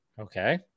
Okay